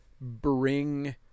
bring